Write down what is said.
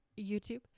YouTube